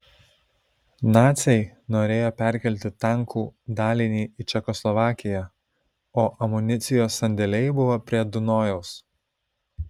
naciai norėjo perkelti tankų dalinį į čekoslovakiją o amunicijos sandėliai buvo prie dunojaus